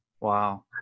Wow